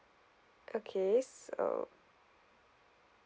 okay so